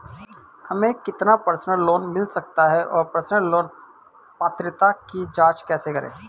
हमें कितना personal loan मिल सकता है और पर्सनल लोन पात्रता की जांच कैसे करें?